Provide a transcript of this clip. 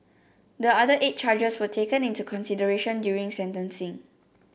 the other eight charges were taken into consideration during sentencing